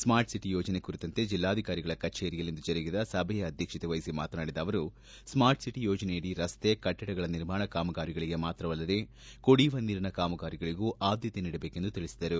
start city ಯೋಜನೆ ಕುರಿತಂತೆ ಜಿಲ್ಲಾಧಿಕಾರಿಗಳ ಕಭೇರಿಯಲ್ಲಿಂದು ಜರುಗಿದ ಸಭೆಯ ಅಧ್ಯಕ್ಷತೆವಹಿಸಿ ಮಾತನಾಡಿದ ಅವರು ಸ್ನಾರ್ಟ್ ಸಿಟಿ ಯೋಜನೆಯಡಿ ರಸ್ತೆ ಕಟ್ಟಡಗಳ ನಿರ್ಮಾಣ ಕಾಮಗಾರಿಗಳಿಗೆ ಮಾತ್ರವಲ್ಲದೆ ಕುಡಿಯುವ ನೀರಿನ ಕಾಮಗಾರಿಗಳಿಗೂ ಆದ್ದತೆ ನೀಡಬೇಕೆಂದು ತಿಳಿಸಿದರು